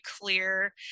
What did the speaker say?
clear